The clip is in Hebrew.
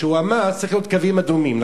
שאמר שצריך שיהיו קווים אדומים,